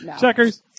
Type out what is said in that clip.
checkers